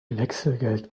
wechselgeld